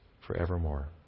forevermore